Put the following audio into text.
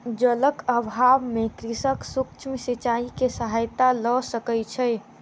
जलक अभाव में कृषक सूक्ष्म सिचाई के सहायता लय सकै छै